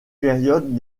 période